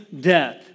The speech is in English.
death